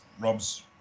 Rob's